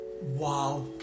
Wow